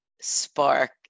spark